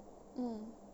mm